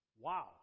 Wow